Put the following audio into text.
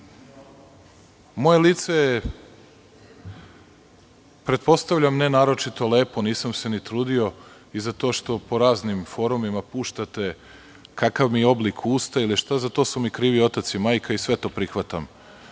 moje lice je, pretpostavljam, ne naročito lepo, nisam se ni trudio, i za to što po raznim forumima puštate kakav mi oblik usta ili šta, za to su mi krivi otac i majka i sve to prihvatam.